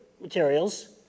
materials